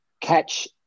catch